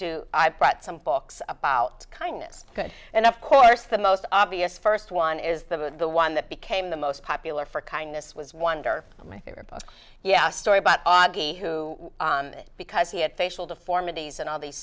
do i brought some books about kindness and of course the most obvious first one is the one that became the most popular for kindness was wonderful my favorite post yeah story about agi who because he had facial deformities and all these